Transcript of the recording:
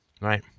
right